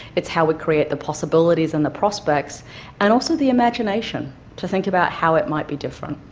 it's how we create the possibilities and the prospects and also the imagination to think about how it might be different.